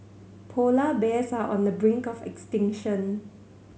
polar bears are on the brink of extinction